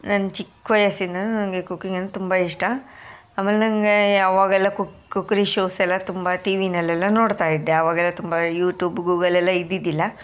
ನನ್ನ ಚಿಕ್ಕ ವಯಸ್ಸಿಂದನೂ ನನಗೆ ಕುಕ್ಕಿಂಗ್ ಅಂದ್ರೆ ತುಂಬ ಇಷ್ಟ ಆಮೇಲೆ ನನಗೆ ಆವಾಗೆಲ್ಲ ಕುಕ್ ಕುಕ್ಕರಿ ಶೋಸ್ ಎಲ್ಲ ತುಂಬ ಟಿವಿಯಲ್ಲೆಲ್ಲ ನೋಡ್ತಾ ಇದ್ದೆ ಆವಾಗೆಲ್ಲ ತುಂಬ ಯೂಟ್ಯೂಬ್ ಗೂಗಲ್ ಎಲ್ಲ ಇದ್ದಿದ್ದಿಲ್ಲ